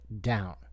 down